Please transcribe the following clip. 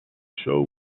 show